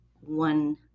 one